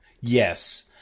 yes